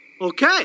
Okay